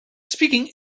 speaking